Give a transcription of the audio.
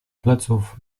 pleców